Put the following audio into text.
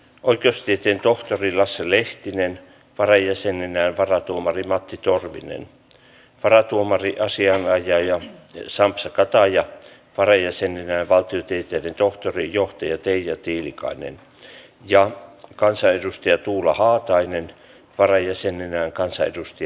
oikeustieteen tohtori lasse lehtinen varajäseninä varatuomari matti torvinen varatuomari asianajaja sampsa kataja varajäseninä valtiotieteiden tohtori eduskunta valitsi valtakunnanoikeuden jäsenet ja kansanedustaja tuula haatainen varajäsenenään kansa varajäsenet